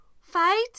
Fight